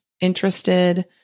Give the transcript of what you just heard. interested